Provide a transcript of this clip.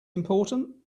important